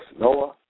Noah